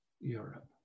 Europe